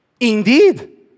Indeed